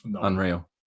Unreal